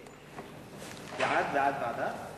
בעד זה בעד ועדה?